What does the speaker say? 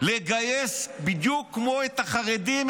לגייס את הערבים בדיוק כמו החרדים,